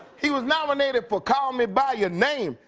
he was nominated for call me by your name,